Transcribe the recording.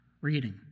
reading